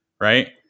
right